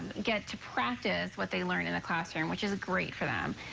get to practice what they learn in the classroom which is great for them.